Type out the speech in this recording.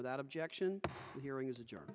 without objection hearing is a job